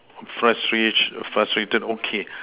frustrate frustrated okay